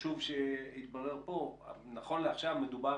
החשוב שהתברר פה הוא שנכון לעכשיו, מדובר